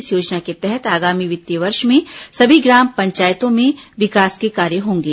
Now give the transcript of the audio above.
इस योजना के तहत आगामी वित्तीय वर्ष में सभी ग्राम पंचायतों में विकास के कार्य होंगे